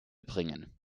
bringen